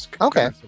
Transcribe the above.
okay